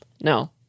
No